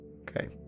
Okay